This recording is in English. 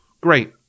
Great